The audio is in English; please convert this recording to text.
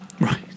Right